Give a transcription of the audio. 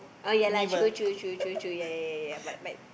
oh ya lah true true true true true ya ya ya but but